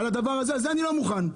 לזה אני לא מוכן.